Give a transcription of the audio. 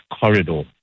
corridor